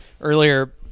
earlier